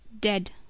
Dead